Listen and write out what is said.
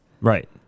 Right